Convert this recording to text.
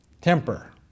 temper